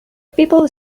people